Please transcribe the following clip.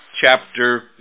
chapter